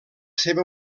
seva